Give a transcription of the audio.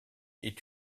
est